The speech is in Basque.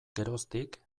geroztik